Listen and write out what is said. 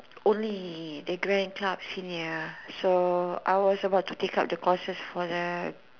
only the grand club senior so I was about to take up the courses for the